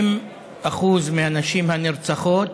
ש-50% מהנשים הנרצחות